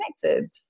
connected